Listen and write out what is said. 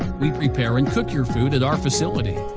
we prepare and cook your food at our facility.